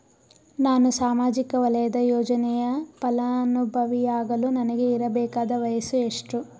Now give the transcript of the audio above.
ನಾನು ಸಾಮಾಜಿಕ ವಲಯದ ಯೋಜನೆಯ ಫಲಾನುಭವಿಯಾಗಲು ನನಗೆ ಇರಬೇಕಾದ ವಯಸ್ಸುಎಷ್ಟು?